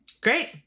Great